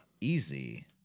Easy